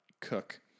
Cook